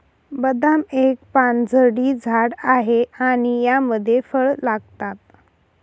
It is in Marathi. बदाम एक पानझडी झाड आहे आणि यामध्ये फळ लागतात